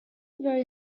very